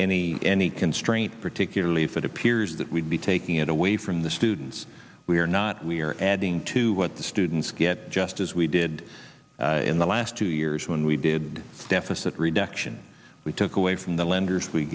any any constraint particularly if it appears that we'd be taking it away from the students we are not we are adding to what the students get just as we did in the last two years when we did deficit reduction we took away from the lender's we